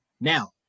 now